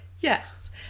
yes